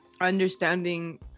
understanding